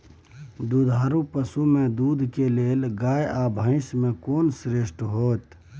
दुधारू पसु में दूध के लेल गाय आ भैंस में कोन श्रेष्ठ होयत?